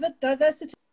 diversity